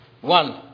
One